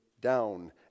down